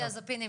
בנזודיאזפינים,